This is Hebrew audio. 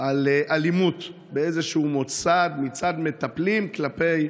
על אלימות באיזשהו מוסד מצד מטפלים כלפי